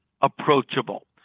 approachable